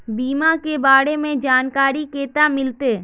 बीमा के बारे में जानकारी केना मिलते?